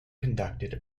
conducted